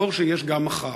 לזכור שיש גם מחר.